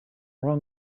wrong